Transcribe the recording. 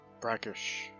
Brackish